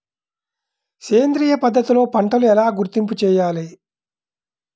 సేంద్రియ పద్ధతిలో పంటలు ఎలా గుర్తింపు చేయాలి?